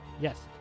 Yes